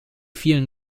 vielen